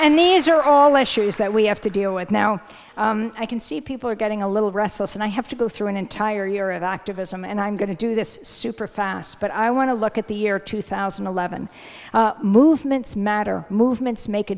and these are all issues that we have to deal with now i can see people are getting a little restless and i have to go through an entire year of activism and i'm going to do this superfast but i want to look at the year two thousand and eleven movements matter movements make a